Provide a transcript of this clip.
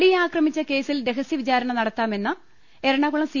നടിയെ ആക്രമിച്ച കേസിൽ രഹസ്യ വിചാരണ നടത്താമെന്ന് എറണാകുളം സി